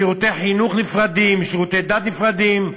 שירותי חינוך נפרדים, שירותי דת נפרדים,